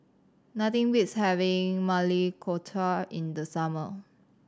nothing beats having Maili Kofta in the summer